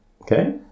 Okay